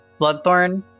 Bloodthorn